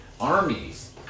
armies